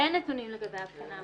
אין נתונים לגבי הבחינה האחרונה.